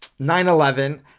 9-11